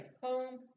home